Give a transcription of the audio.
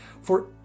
For